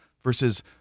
versus